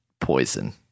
poison